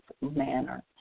manner